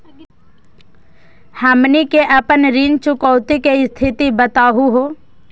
हमनी के अपन ऋण चुकौती के स्थिति बताहु हो?